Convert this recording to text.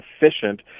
efficient